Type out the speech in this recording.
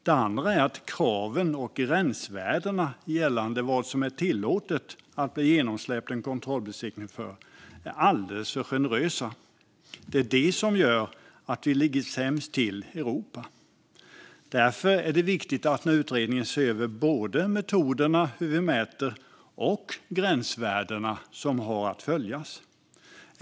Det andra är att kraven och gränsvärdena när det gäller tillåtna utsläpp är alldeles för generösa. Det gör att vi ligger sämst till i Europa. Därför är det extremt viktigt att den kommande utredningen ser över både mätmetoder och de gränsvärden som har att följas.